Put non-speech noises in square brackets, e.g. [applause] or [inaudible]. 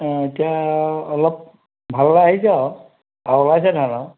অঁ এতিয়া অলপ ভাললৈ আহিছে আৰু আৰু ওলাইছে [unintelligible]